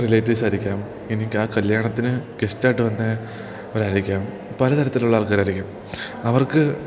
relatives ആയിരിക്കാം എനിക്കാ കല്യാണത്തിന് ഗസ്റ്റായിട്ട് വന്ന ഓരാളായിരിക്കാം പലതരത്തിലുള്ള ആൾക്കാരായിരിക്കും അവർക്ക്